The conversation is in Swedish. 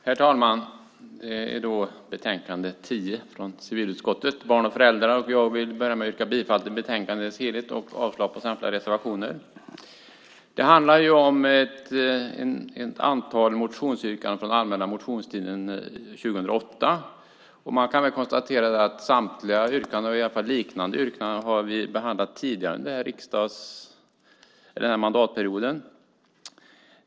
Herr talman! Det gäller alltså civilutskottets betänkande 10 om barn och föräldrar. Jag börjar med att yrka bifall till utskottets förslag i dess helhet samt avslag på samtliga reservationer. Här handlar det om ett antal motionsyrkanden från den allmänna motionstiden 2008. Man kan väl konstatera att samtliga yrkanden, i alla fall liknande yrkanden, behandlats tidigare under den här mandatperioden.